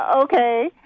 Okay